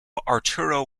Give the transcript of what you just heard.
arturo